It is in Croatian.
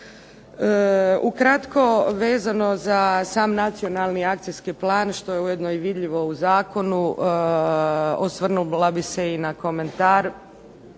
Ukratko vezano za sam Nacionalni akcijski plan što je ujedno i vidljivo u zakonu. Osvrnula bih se i na komentar